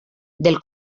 del